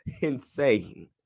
insane